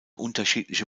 unterschiedliche